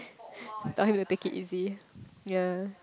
but have to take it easy yea